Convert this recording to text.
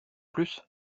plus